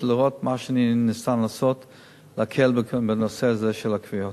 כדי לראות מה ניתן לעשות כדי להקל בנושא הזה של הכוויות.